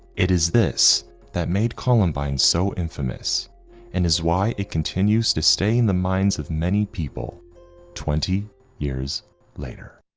it is this that made columbine so infamous and is why it continues to stay in the minds of many people twenty years later.